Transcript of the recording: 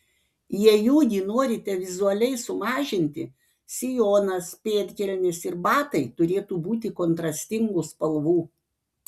jei ūgį norite vizualiai sumažinti sijonas pėdkelnės ir batai turėtų būti kontrastingų spalvų